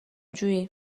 جویی